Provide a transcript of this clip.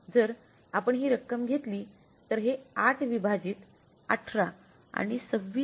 जर आपण ही रक्कम घेतली तर हे 8 विभाजित 18 आणि 26